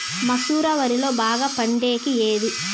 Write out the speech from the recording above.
మసూర వరిలో బాగా పండేకి ఏది?